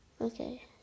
okay